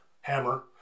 hammer